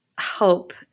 hope